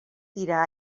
tira